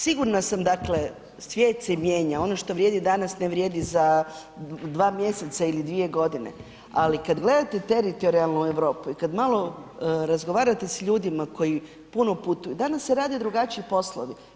Sigurna sam dakle svijet se mijenja, ono što vrijedi danas ne vrijedi dva mjeseca ili dvije godine, ali kada gledate teritorijalno Europu i kada malo razgovarate s ljudima koji puno putuju, danas se rade drugačiji poslovi.